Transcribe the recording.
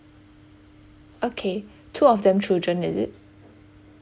okay two of them children is it